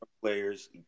players